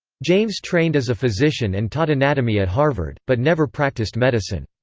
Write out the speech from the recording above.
james trained as a physician and taught anatomy at harvard, but never practiced medicine.